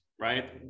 Right